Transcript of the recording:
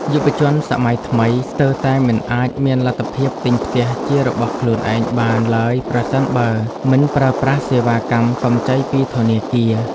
យុវជនសម័យថ្មីស្ទើរតែមិនអាចមានលទ្ធភាពទិញផ្ទះជារបស់ខ្លួនឯងបានឡើយប្រសិនបើមិនប្រើប្រាស់សេវាកម្មកម្ចីពីធនាគារ។